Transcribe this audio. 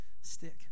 stick